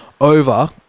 over